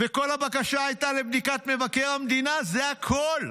וכל הבקשה הייתה לבדיקת מבקר המדינה, זה הכול.